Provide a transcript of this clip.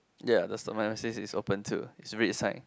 ya that's what it says mine is open too is a Red sign